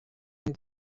nko